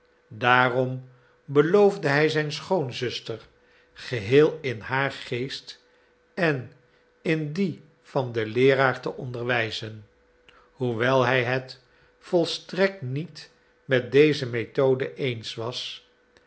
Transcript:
daarom beloofde hij zijn schoonzuster geheel in haar geest en in dien van den leeraar te onderwijzen hoewel hij het volstrekt niet met deze methode eens was